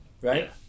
right